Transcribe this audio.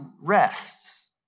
rests